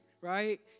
right